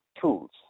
tools